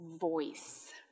voice